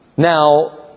Now